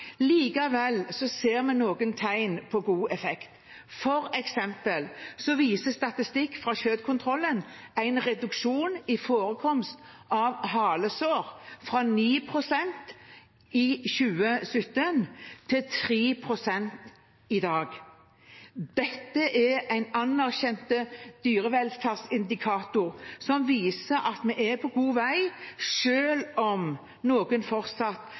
Likevel ser vi tegn på god effekt: For eksempel viser statistikk fra kjøttkontrollen en reduksjon i forekomsten av halesår fra 9 pst. i 2017 til 3 pst. i dag. Dette er en anerkjent dyrevelferdsindikator som viser at vi er på god vei, selv om noen fortsatt